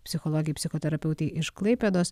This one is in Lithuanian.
psichologei psichoterapeutei iš klaipėdos